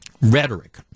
rhetoric